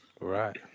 Right